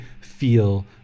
feel